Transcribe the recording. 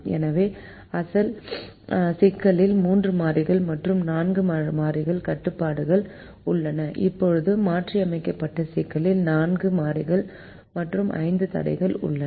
எனவே அசல் சிக்கலில் 3 மாறிகள் மற்றும் 4 கட்டுப்பாடுகள் உள்ளன இப்போது மாற்றியமைக்கப்பட்ட சிக்கலில் 4 மாறிகள் மற்றும் 5 தடைகள் உள்ளன